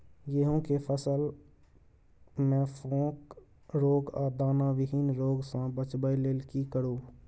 गेहूं के फसल मे फोक रोग आ दाना विहीन रोग सॅ बचबय लेल की करू?